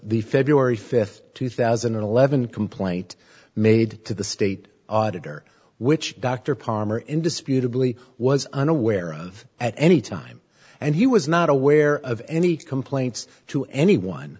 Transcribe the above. the february fifth two thousand and eleven complaint made to the state auditor which dr palmer indisputably was unaware of at any time and he was not aware of any complaints to anyone